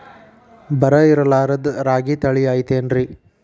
ಬರ ಇರಲಾರದ್ ರಾಗಿ ತಳಿ ಐತೇನ್ರಿ?